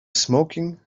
smoking